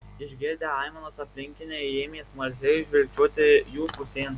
išgirdę aimanas aplinkiniai ėmė smalsiai žvilgčioti jų pusėn